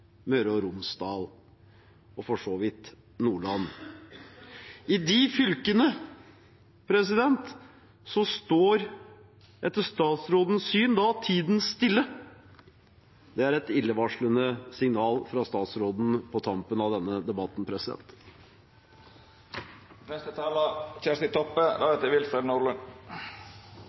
Møre og Romsdal og for så vidt Nordland. I de fylkene står etter statsrådens syn tiden stille. Det er et illevarslende signal fra statsråden på tampen av denne debatten.